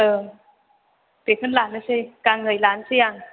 औ बेखौनो लानोसै गांनै लानोसै आं